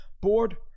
board